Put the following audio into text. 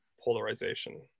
polarization